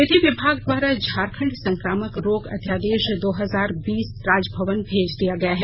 विधि विभाग द्वारा झारखंड संक्रामक रोग अध्यादेश दो हजार बीस राजभवन भेज दिया गया है